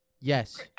Yes